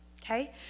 Okay